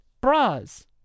bras